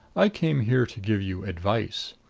i came here to give you advice.